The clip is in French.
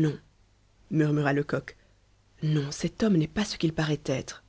non murmura lecoq non cet homme n'est pas ce qu'il paraît être